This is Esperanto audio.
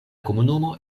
komunumo